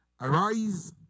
Arise